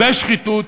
ושחיתות,